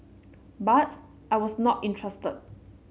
but I was not interested